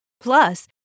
Plus